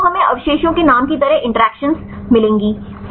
तो हमें अवशेषों के नाम की तरह इंटरेक्शन्स मिलेगी